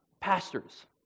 Pastors